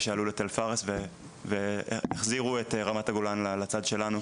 שעלו לתל-פארס והחזירו את רמת הגולן לצד שלנו,